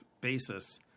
basis